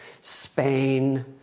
Spain